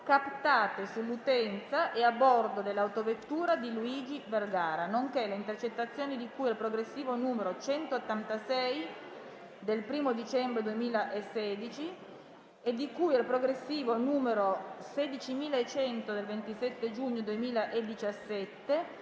captate sull'utenza e a bordo dell'autovettura di Luigi Vergara, nonché riguardo alle intercettazioni di cui al progressivo n. 186 del 1° dicembre 2016, e al progressivo n. 16.100 del 27 giugno 2017;